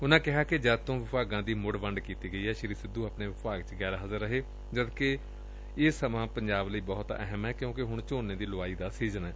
ਉਨ੍ਹਾ ਕਿਹਾ ਕਿ ਜਦ ਤੋ ਵਿਭਾਗਾ ਦੀ ਮੁੜ ਵੰਡ ਕੀਤੀ ਗਈ ਏ ਸ੍ਰੀ ਸਿੱਧੂ ਆਪਣੇ ਵਿਭਾਗ ਤੋਂ ਗੈਰ ਹਾਜਰ ਰਹੇ ਨੇ ਜਦ ਕਿ ਇਹ ਸਮਾ ਪੰਜਾਬ ਲਈ ਬਹੁਤ ਅਹਿਮ ਏ ਕਿਉਂਕਿ ਹੁਣ ਝੋਨੇ ਦੀ ਲੁਆਈ ਦਾ ਸੀਜ਼ਨ ਏ